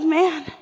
man